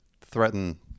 threaten